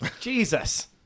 Jesus